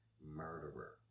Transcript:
Murderer